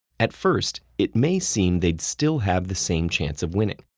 at first, it may seem they'd still have the same chance of winning.